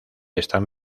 están